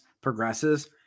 progresses